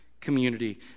community